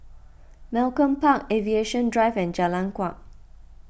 Malcolm Park Aviation Drive and Jalan Kuak